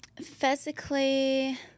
Physically